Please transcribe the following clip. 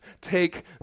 Take